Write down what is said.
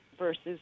versus